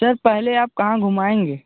sir पहले आप कहाँ घुमाएँगे